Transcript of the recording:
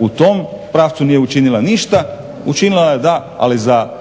u tom pravcu nije učinila ništa. Učinila je da, ali za